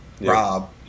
Rob